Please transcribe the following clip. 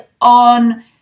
on